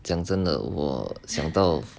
讲真的我想到